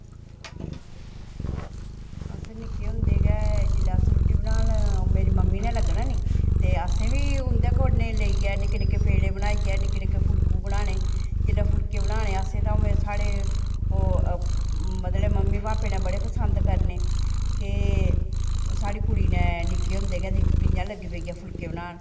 अस निक्के होंदे गै जिसलै अस रुट्टी बनान मेरी मम्मी नै लग्गना नी ते असें बी उं'दे कोला लेइयै कन्नै निक्के निक्के पेड़े बनाइयै निक्के निक्के फुल्कु बनाने जिसलै फुल्के बनाने असें तां साढ़े ओह् मतलब मम्मी पापे नै बड़े पसंद करने कि साढ़ी कुड़ी नै निक्के होंदे गै दिक्ख कि'यां लग्गी पेई ऐ फुल्के बनान